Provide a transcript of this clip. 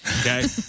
Okay